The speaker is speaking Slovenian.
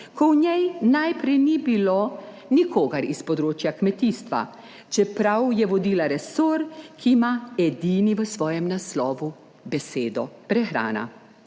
ko v njej najprej ni bilo nikogar iz področja kmetijstva, čeprav je vodila resor, ki ima edini v svojem naslovu besedo prehrana.